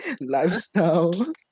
lifestyle